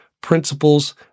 principles